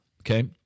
okay